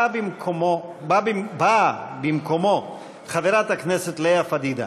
באה במקומו חברת הכנסת לאה פדידה.